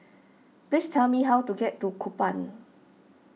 please tell me how to get to Kupang